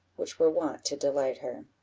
which were wont to delight her.